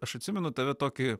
aš atsimenu tave tokį